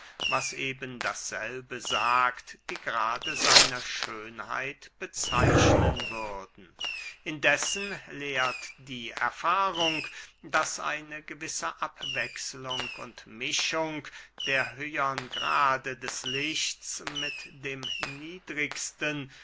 sagt die grade seiner schönheit bezeichnen würden indessen lehrt die erfahrung daß eine gewisse abwechselung und mischung der höhern grade des lichts mit dem niedrigsten